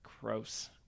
Gross